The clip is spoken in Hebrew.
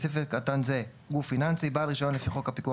בסעיף קטן זה "גוף פיננסי" - בעל רישיון לפי חוק הפיקוח